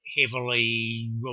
heavily